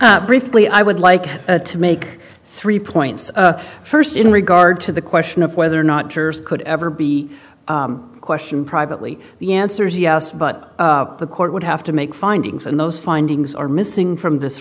ron briefly i would like to make three points first in regard to the question of whether or not jurors could ever be questioned privately the answer is yes but the court would have to make findings and those findings are missing from this